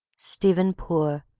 stephen poore,